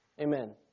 Amen